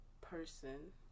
person